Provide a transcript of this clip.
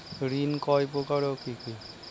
ঋণ কয় প্রকার ও কি কি?